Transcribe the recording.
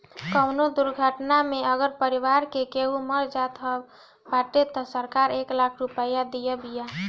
कवनो दुर्घटना में अगर परिवार के केहू मर जात बाटे तअ सरकार एक लाख रुपिया देत बिया